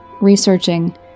researching